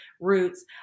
Roots